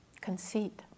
conceit